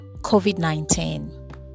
COVID-19